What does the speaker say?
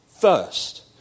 first